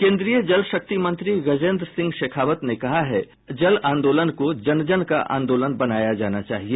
केन्द्रीय जल शक्ति मंत्री गजेन्द्र सिंह शेखावत ने कहा है कि जल आंदोलन को जन जन का आंदोलन बनाया जाना चाहिए